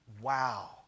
Wow